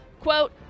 Quote